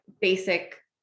basic